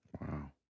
Wow